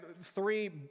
three